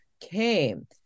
came